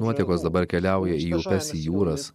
nuotekos dabar keliauja į upes į jūras